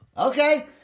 Okay